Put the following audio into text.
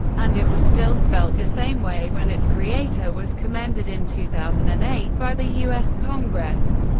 and it was still spelled the same way when its creator was commended in two thousand and eight by the u s. congress.